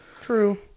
True